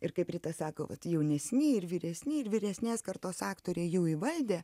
ir kaip rita sako vat jaunesni ir vyresni ir vyresnės kartos aktoriai jau įvaldę